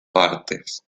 partes